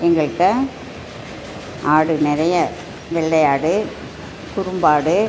எங்ககிட்ட ஆடு நிறைய வெள்ளை ஆடு குறும்பு ஆடு